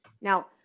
now